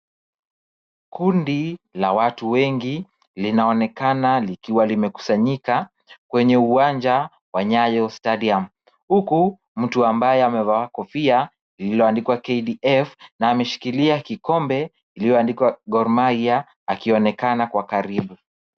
Kundi la watu wengi linaonekana likiwa limekusanyika kwenye uwanja wa Nyayo Stadium , huku mtu ambaye amevaa kofia lililoandikwa KDF na ameshikilia kikombe kilichoandikwa Gor Mahia akionekana kwa karibu.